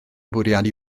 bwriadu